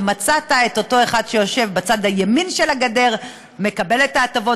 ומצאת את אותו אחד שיושב בצד ימין של הגדר מקבל את ההטבות,